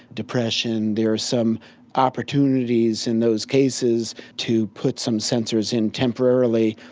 depression. there are some opportunities in those cases to put some sensors in temporarily,